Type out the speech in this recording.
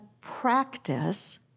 practice